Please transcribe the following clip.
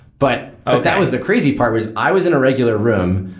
but that was the crazy part, was i was in a regular room,